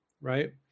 right